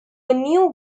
new